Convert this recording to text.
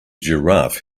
giraffe